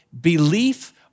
belief